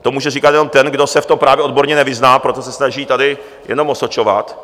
To může říkat jenom ten, kdo se v tom právě odborně nevyzná, proto se snaží tady jenom osočovat.